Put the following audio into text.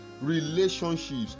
relationships